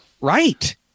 Right